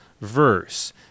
verse